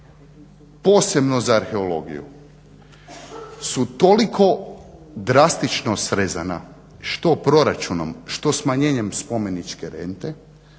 posebno za arheologiju su toliko drastično srezana što proračunom, što smanjenjem spomeničke rente